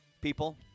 people